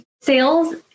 sales